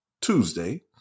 Tuesday